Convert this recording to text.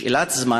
זו שאלה של זמן.